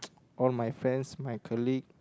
all my friends my colleague